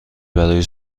برای